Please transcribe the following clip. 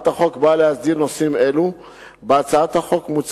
הצעת החוק באה להסדיר נושאים אלו.